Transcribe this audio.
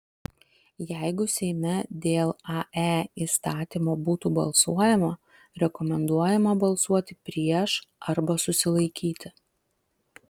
jeigu seime dėl ae įstatymo būtų balsuojama rekomenduojama balsuoti prieš arba susilaikyti